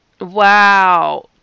Wow